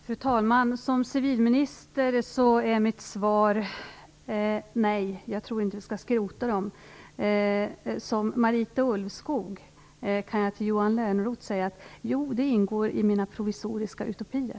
Fru talman! Som civilminister är mitt svar: Nej, jag tror inte att vi skall skrota det. Som Marita Ulvskog kan jag till Johan Lönnroth säga: Jo, det ingår i mina provisoriska utopier.